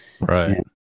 Right